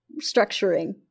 structuring